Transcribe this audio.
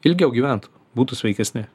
ilgiau gyventų būtų sveikesni